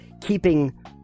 keeping